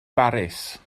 baris